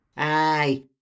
Aye